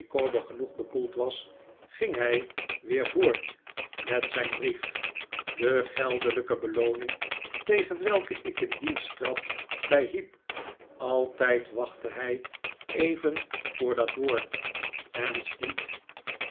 genoeg bekoeld was ging hij weer voort met zijn brief de geldelijke belooning tegen welke ik in dienst trad bij heep altijd wachtte hij even